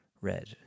Red